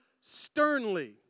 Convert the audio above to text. sternly